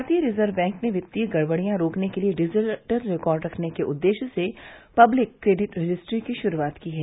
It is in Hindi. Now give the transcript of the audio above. भारतीय रिजर्व बैंक ने वित्तीय गड़बड़ियां रोकने के लिए डिजिटल रिकॉर्ड रखने के उद्देश्य से पब्लिक क्रेडिट रजिस्ट्री की शुरूआत की है